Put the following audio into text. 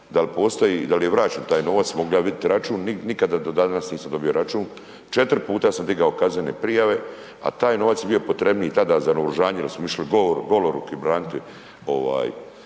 da li je vraćen taj novac, mogu li ja vidjeti račun, nikada do danas nisam dobio račun. Četiri puta sam dignuo kaznene prijave a taj novac je bio potrebniji tada za naoružanje jer smo išli goloruki braniti